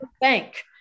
bank